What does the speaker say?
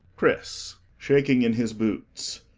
chris shaking in his boots.